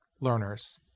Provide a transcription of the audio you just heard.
learners